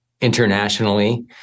internationally